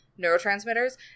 neurotransmitters